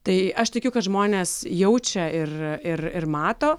tai aš tikiu kad žmonės jaučia ir ir ir mato